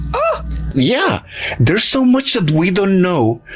but yeah there's so much that we don't know,